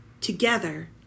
together